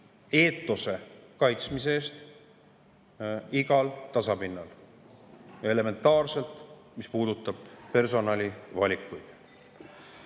eetose kaitsmise eest igal tasapinnal ja elementaarselt, mis puudutab personalivalikuid.